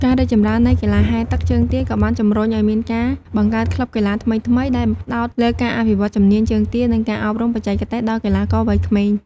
ការរីកចម្រើននៃកីឡាហែលទឹកជើងទាក៏បានជម្រុញឲ្យមានការបង្កើតក្លឹបកីឡាថ្មីៗ ដែលផ្តោតលើការអភិវឌ្ឍជំនាញជើងទា និងការអប់រំបច្ចេកទេសដល់កីឡាករវ័យក្មេង។